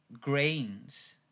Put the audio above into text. grains